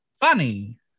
funny